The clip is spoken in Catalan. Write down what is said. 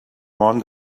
món